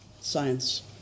science